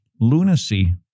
lunacy